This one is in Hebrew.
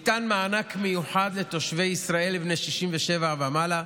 ניתן מענק מיוחד לתושבי ישראל בני 67 ומעלה,